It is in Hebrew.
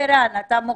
הינה, אני מתקשרת.